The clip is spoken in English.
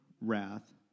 wrath